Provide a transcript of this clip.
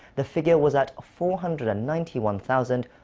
the figure was at four hundred and ninety one thousand,